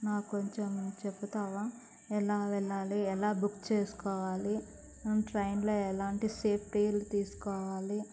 నాకు కొంచెం చెప్తావా ఎలా వెళ్ళాలి ఎలా బుక్ చేసుకోవాలి ట్రైన్లో ఎలాంటి సేఫ్టీ తీసుకోవాలి